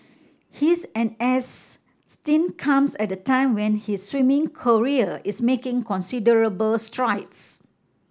his N S stint comes at a time when his swimming career is making considerable strides